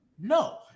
No